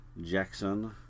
Jackson